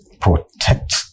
protect